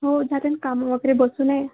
हो झालं नं कामं वगैरे बसून आहे